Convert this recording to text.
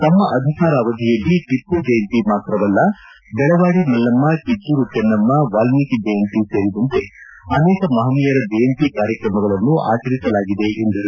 ತಮ್ಮ ಅಧಿಕಾರಾವಧಿಯಲ್ಲಿ ಟಿಮ್ನ ಜಯಂತಿ ಮಾತ್ರವಲ್ಲ ಬೆಳವಾಡಿಮಲ್ಲಮ್ನ ಕಿತ್ತೂರು ಚೆನ್ನಮ್ಮ ವಾಲ್ಮೀಕಿ ಜಯಂತಿ ಸೇರಿದಂತೆ ಅನೇಕ ಮಪನೀಯರ ಜಯಂತಿ ಕಾರ್ಯಕ್ರಮಗಳನ್ನು ಆಚರಿಸಲಾಗಿದೆ ಎಂದರು